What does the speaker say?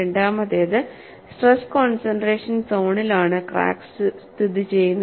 രണ്ടാമത്തേത് stress concentration സോണിലാണ് crack സ്ഥിതിചെയ്യുന്നത്